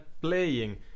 playing